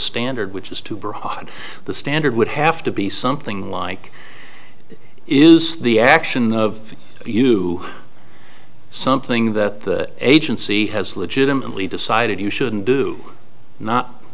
standard which is too broad the standard would have to be something like is the action of you something that the agency has legitimately decided you shouldn't do not